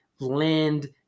land